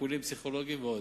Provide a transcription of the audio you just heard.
טיפולים פסיכולוגיים ועוד.